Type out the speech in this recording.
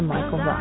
Michael